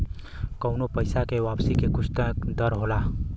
कउनो पइसा के वापसी के कुछ तय दर होला